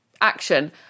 Action